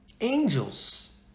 Angels